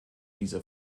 diese